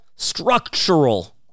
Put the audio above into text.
Structural